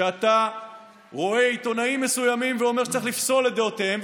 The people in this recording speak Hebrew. שאתה רואה עיתונאים מסוימים ואומר שצריך לפסול את דעותיהם,